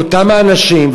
את אותם האנשים,